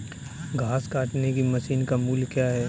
घास काटने की मशीन का मूल्य क्या है?